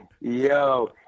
Yo